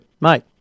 mate